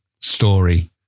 story